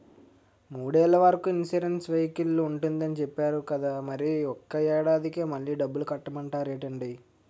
మూడేళ్ల వరకు ఇన్సురెన్సు వెహికల్కి ఉంటుందని చెప్పేరు కదా మరి ఒక్క ఏడాదికే మళ్ళి డబ్బులు కట్టమంటారేంటండీ?